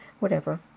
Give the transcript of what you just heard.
whatever.